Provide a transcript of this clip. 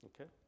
okay